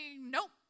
nope